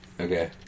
Okay